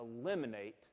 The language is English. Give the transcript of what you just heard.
eliminate